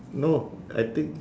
no I think